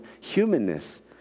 humanness